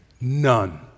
none